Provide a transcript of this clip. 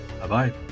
Bye-bye